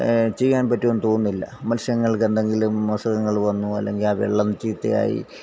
ചെയ്യാൻ പറ്റുമെന്ന് തോന്നുന്നില്ല മൽസ്യങ്ങൾക്കെന്തെങ്കിലും അസുഖങ്ങൾ വന്നു അല്ലെങ്കിൽ ആ വെള്ളം ചീത്തയായി